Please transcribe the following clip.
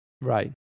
Right